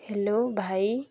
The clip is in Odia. ହ୍ୟାଲୋ ଭାଇ